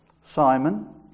Simon